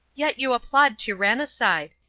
yet you applaud tyrannicide,